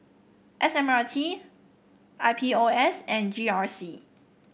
S M R T I P O S and G R C